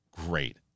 great